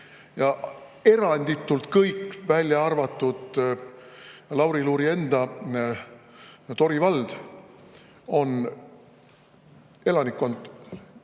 Eranditult kõikjal, välja arvatud Lauri Luuri enda, Tori vald, on elanikkond